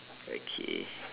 okay